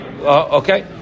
Okay